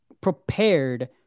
prepared